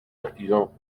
artisans